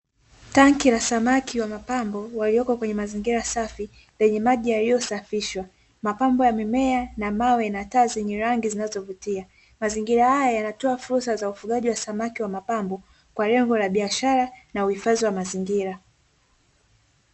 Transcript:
Tanki la samaki wa mapambo waliyopo kwenye mazingira safi yenye maji yaliyosafishwa mapambo ya mimea na mbao zenye taa, zenye rangi zinazovutia, mazingira haya yanatoa fursa za ufungaji wa samaki wa mapambo kwa kengo la biashara na utunzaji wa mazingira.